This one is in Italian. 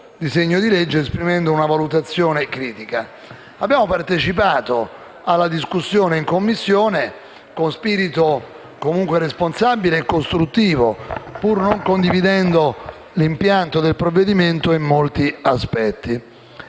disegno di legge, esprimendo una valutazione critica. Abbiamo partecipato alla discussione in Commissione con spirito comunque responsabile e costruttivo, pur non condividendo l'impianto del provvedimento in molti aspetti.